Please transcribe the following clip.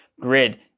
grid